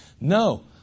No